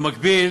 במקביל